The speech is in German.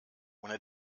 ohne